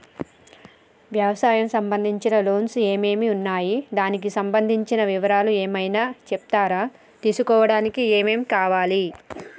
వ్యవసాయం సంబంధించిన లోన్స్ ఏమేమి ఉన్నాయి దానికి సంబంధించిన వివరాలు ఏమైనా చెప్తారా తీసుకోవడానికి ఏమేం కావాలి?